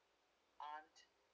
aren't